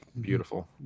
Beautiful